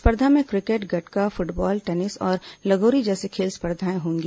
स्पर्धा में cricket gatka football tennis और लगोरी जैसी खेल स्पर्धाएं होंगी